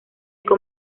con